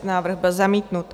Návrh byl zamítnut.